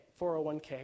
401k